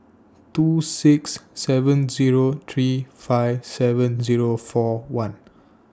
two six seven Zero three five seven Zero four one